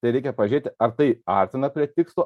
tai reikia pažiūrėti ar tai artina prie tikslo